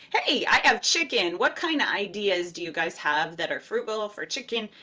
hey, i have chicken. what kind of ideas do you guys have that are frugal for chicken?